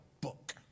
book